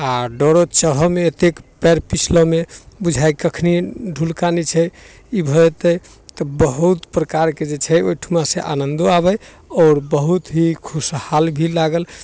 आ डरो चढ़ऽ मे एतेक पैर पिछलऽ मे बुझाइ कखनि ढुलकानी छै ई भऽ जेतै तऽ बहुत प्रकारके जे छै ओहिठुमा से आनन्दो आबै आओर बहुत ही खुशहाल भी लागल